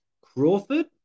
Crawford